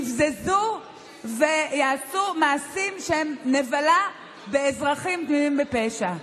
יבזזו ויעשו מעשי נבלה באזרחים חפים מפשע.